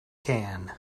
can